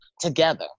together